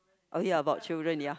okay about children ya